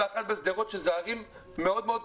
ולא נותר לי להבין אלא שאף אחד באמת לא יודע מי